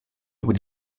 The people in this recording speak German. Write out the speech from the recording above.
über